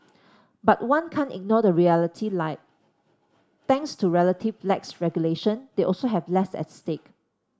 but one can't ignore the reality like thanks to relative lax regulation they also have less at stake